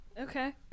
Okay